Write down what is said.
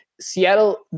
Seattle